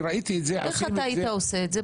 אני ראיתי את זה --- איך אתה היית עושה את זה?